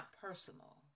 personal